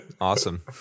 awesome